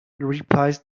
replies